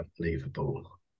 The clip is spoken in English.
unbelievable